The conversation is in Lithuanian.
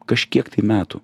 kažkiek metų